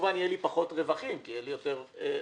וכמובן יהיו לי פחות רווחים כי יהיו לי יותר הוצאות,